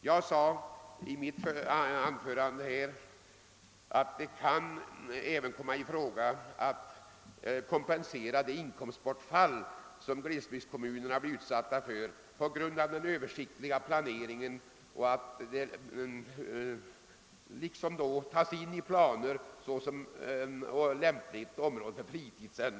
Jag sade i mitt anförande, att det även kan komma i fråga att kompensera glesbygdskommunerna för det inkomstbortfall de blir utsatta för på grund av den översiktliga planeringen och att de då kan markeras i planerna såsom lämpliga områden för fritidsändamål.